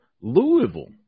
Louisville